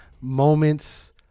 moments